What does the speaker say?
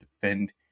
defend